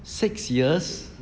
six years